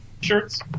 shirts